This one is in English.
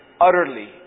utterly